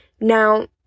Now